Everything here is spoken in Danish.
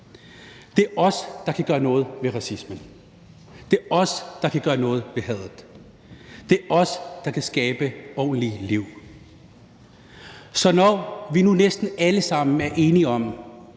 beslutninger, kan gøre noget ved racismen. Det er os, der kan gøre noget ved hadet, det er os, der kan skabe ordentlige liv. Så når vi nu næsten alle sammen er enige om,